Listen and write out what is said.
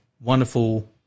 Wonderful